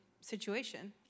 situation